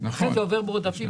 לכן זה עובר בעודפים,